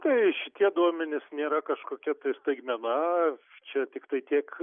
tai šitie duomenys nėra kažkokia staigmena čia tiktai tiek